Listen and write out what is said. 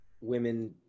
women